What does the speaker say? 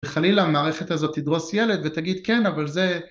וחלילה מערכת הזאת תדרוס ילד ותגיד כן אבל זה